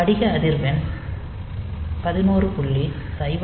படிக அதிர்வெண் 11